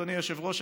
אדוני היושב-ראש,